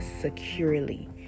securely